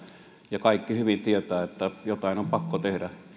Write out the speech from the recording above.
ja kaikki hyvin tietävät että jotain on pakko tehdä